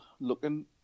looking